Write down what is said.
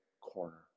corner